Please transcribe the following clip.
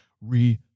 Re